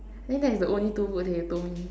I think that is the only two book that you told me